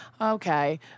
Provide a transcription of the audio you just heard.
Okay